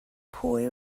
pwy